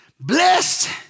Blessed